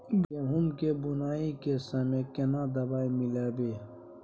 गहूम के बुनाई के समय केना दवाई मिलैबे?